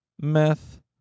meth